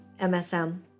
MSM